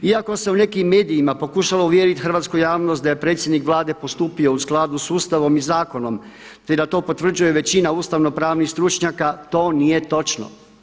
Iako se u nekim medijima pokušalo uvjeriti hrvatsku javnost da je predsjednik Vlada postupio u skladu s Ustavom i zakonom, te da to potvrđuje većina ustavnopravnih stručnjaka, to nije točno.